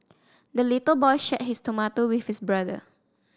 the little boy shared his tomato with his brother